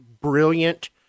brilliant